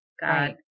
God